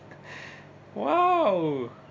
!wow!